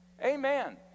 amen